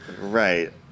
Right